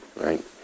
right